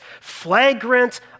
flagrant